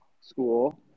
school